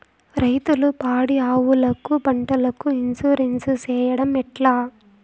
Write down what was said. రైతులు పాడి ఆవులకు, పంటలకు, ఇన్సూరెన్సు సేయడం ఎట్లా?